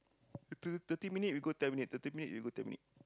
thir~ thirty minute we go ten minute thirty minute we go ten minute